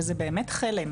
וזה באמת חלם.